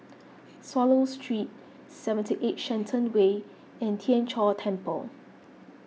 Swallow Street seventy eight Shenton Way and Tien Chor Temple